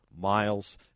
Miles